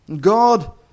God